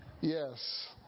Yes